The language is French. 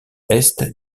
est